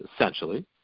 essentially